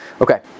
Okay